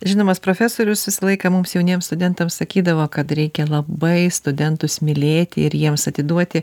žinomas profesorius visą laiką mums jauniems studentams sakydavo kad reikia labai studentus mylėti ir jiems atiduoti